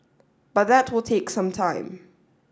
but that will take some time